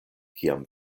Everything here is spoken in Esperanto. kiam